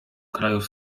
krajów